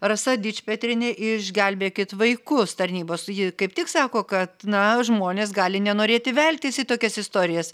rasa dičpetrienė iš gelbėkit vaikus tarnybos ji kaip tik sako kad na žmonės gali nenorėti veltis į tokias istorijas